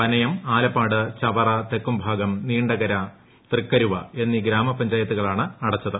പനയം ആലപ്പാട് ചവറ തെക്കുംഭാഗം നീണ്ടകര തൃക്കരുവ എന്നീ ഗ്രാമപഞ്ചായത്തുകളാണ് അടച്ചത്